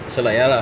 so like ya lah